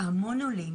המון עולים